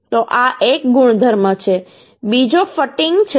તો આ એક ગુણધર્મ છે બીજો ફટિગ છે